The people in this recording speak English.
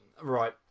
Right